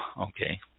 Okay